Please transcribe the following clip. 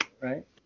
right